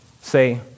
say